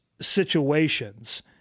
situations